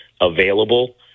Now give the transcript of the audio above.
available